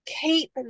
keep